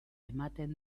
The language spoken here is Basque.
ematen